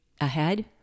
ahead